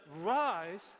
rise